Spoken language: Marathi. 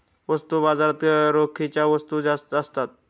वस्तू बाजारात रोखीच्या वस्तू जास्त असतात